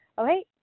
Okay